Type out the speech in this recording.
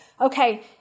okay